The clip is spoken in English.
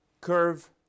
curve